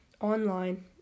online